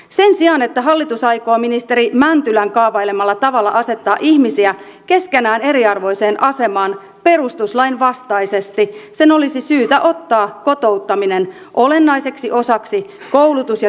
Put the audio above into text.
sen sijaan että hallitus aikoo ministeri mäntylän kaavailemalla tavalla asettaa ihmisiä keskenään eriarvoiseen asemaan perustuslain vastaisesti sen olisi syytä ottaa kotouttaminen olennaiseksi osaksi koulutus ja työllisyyspolitiikkaa